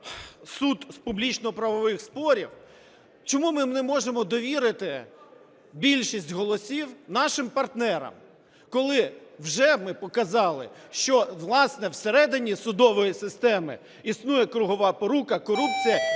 суд з публічно-правових спорів, чому ми не можемо довірити більшість голосів нашим партнерам, коли вже ми показали, що, власне, всередині судової системи існує кругова порука, корупція